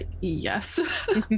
yes